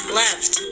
left